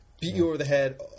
beat-you-over-the-head